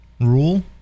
rule